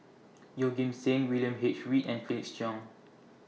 Yeoh Ghim Seng William H Read and Felix Cheong